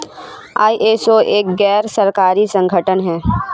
ISO एक गैर सरकारी संगठन है